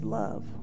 love